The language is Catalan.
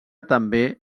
també